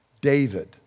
David